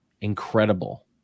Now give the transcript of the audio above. incredible